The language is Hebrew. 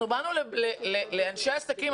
אנחנו באנו לאנשי עסקים,